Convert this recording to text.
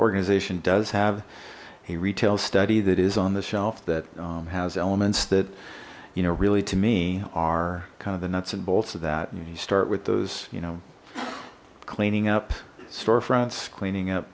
organization does have a retail study that is on the shelf that has elements that you know really to me are kind of the nuts and bolts of that you start with those you know cleaning up storefronts cleaning up